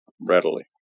readily